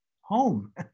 home